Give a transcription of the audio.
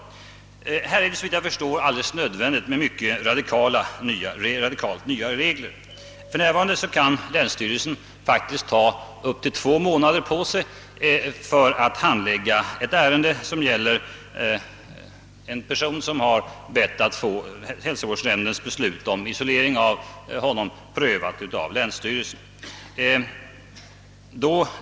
Här är det såvitt jag förstår alldeles nödvändigt med radikalt nya regler. För närvarande kan länsstyrelsen faktiskt ta upp till två månader på sig för handläggningen av ett ärende gällande en person som hemställt att få hälsovårdsnämndens beslut om isolering prövat av länsstyrelsen.